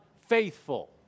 faithful